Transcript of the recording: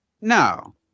No